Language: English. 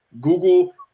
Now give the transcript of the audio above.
Google